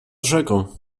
rzeką